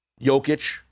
Jokic